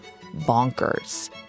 bonkers